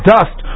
Dust